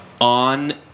on